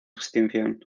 extinción